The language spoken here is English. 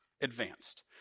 advanced